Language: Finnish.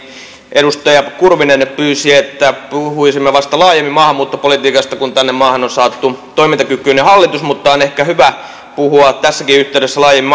edustaja kurvinen pyysi että puhuisimme laajemmin maahanmuuttopolitiikasta vasta kun tänne maahan on saatu toimintakykyinen hallitus mutta on ehkä hyvä puhua tässäkin yhteydessä laajemmin